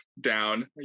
down